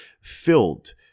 filled